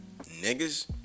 Niggas